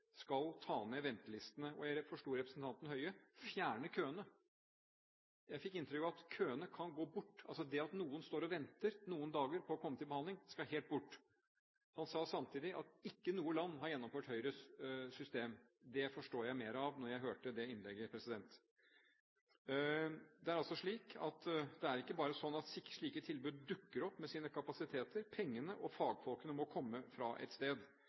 skal få ned ventelistene, og slik jeg forsto representanten Høie, fjerne køene. Jeg fikk inntrykk av at køene kan bli borte – altså, det at noen venter noen dager på å komme til behandling, skal helt bort. Han sa samtidig at ikke noe land har gjennomført Høyres system. Det forstår jeg mer av da jeg hørte det innlegget. Det er ikke bare sånn at slike tilbud dukker opp med sine kapasiteter – pengene og fagfolkene må komme fra et sted,